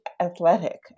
athletic